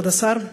כבוד השר,